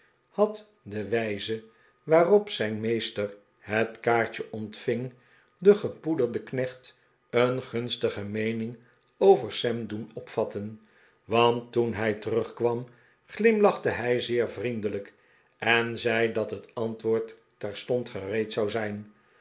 had de wijze waarop zijn meester het kaartje ontving den gepoederden knecht een gunstige meening over sam doen opvatten want toen hij terugkwam glimlachte hij zeer vriendelijk en zei dat het antwoord terstond gereed i zou zijn